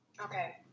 Okay